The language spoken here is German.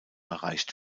erreicht